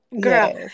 girl